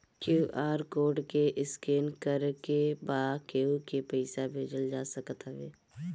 QR code के scan करके बा केहू के पईसा भेजल जा सकत हवे